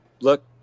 look